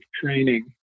training